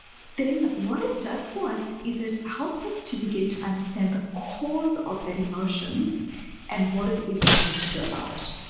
then what it does for us is it helps us to begin to understand the cause of that emotion and what it is we need to do about it.